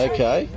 Okay